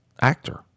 actor